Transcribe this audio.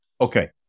Okay